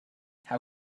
how